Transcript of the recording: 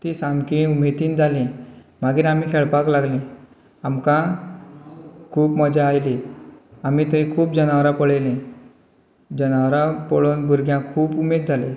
ती सामकीं उमेदीन जालीं मागीर आमी खेळपाक लागलीं आमकां खूब मजा आयली आमी थंय खूब जनावरां पळयलीं जनावरां पळोवन भुरग्यांक खूब उमेद जालीं